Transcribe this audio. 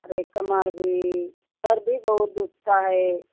अरे कमर भी सर भी बहुत दुखता है